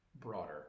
broader